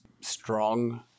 strong